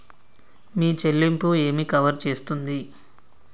మీ చెల్లింపు ఏమి కవర్ చేస్తుంది?